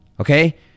okay